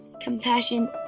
compassion